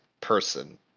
person